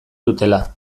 dutela